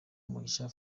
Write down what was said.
mugisha